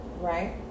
Right